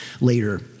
later